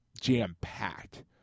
jam-packed